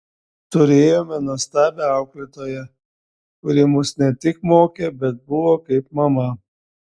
turėjome nuostabią auklėtoją kuri mus ne tik mokė bet buvo kaip mama